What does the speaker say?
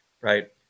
right